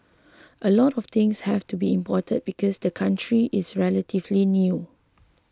a lot of things have to be imported because the country is relatively new